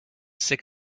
sick